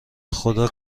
خدا